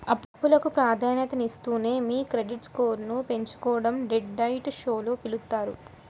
అప్పులకు ప్రాధాన్యతనిస్తూనే మీ క్రెడిట్ స్కోర్ను పెంచుకోడం డెట్ డైట్ షోలో చూపిత్తారు